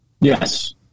Yes